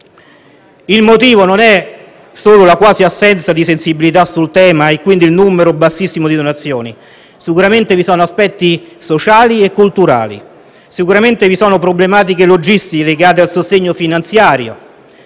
Il motivo non è solo la quasi assenza di sensibilità sul tema e, quindi, il numero bassissimo di donazioni. Sicuramente vi sono aspetti sociali e culturali. Sicuramente vi sono problematiche logistiche legate al sostegno finanziario,